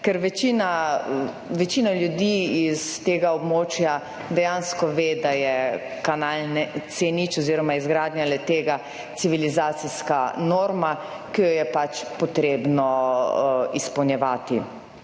večina ljudi iz tega območja dejansko ve, da je kanal C0 oziroma izgradnja le tega civilizacijska norma, ki jo je pač potrebno izpolnjevati